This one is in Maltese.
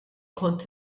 kont